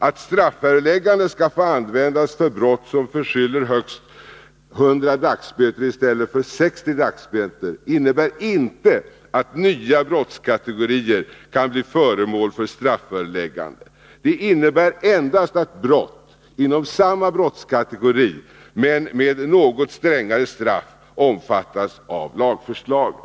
Att strafföreläggande skall få användas för brott som förskyller högst 100 dagsböter i stället för 60 dagsböter innebär inte att nya brottskategorier kan bli föremål för strafföreläggande. Det innebär endast att brott inom samma brottskategori men med något strängare straff omfattas av lagförslaget.